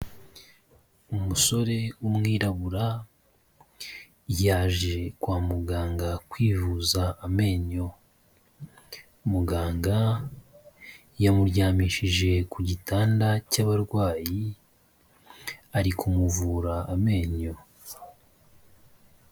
Umusore w'umwirabura yaje kwa muganga kwivuza amenyo, muganga yamuryamishije ku gitanda cy'abarwayi ari kumuvura amenyo.